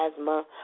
asthma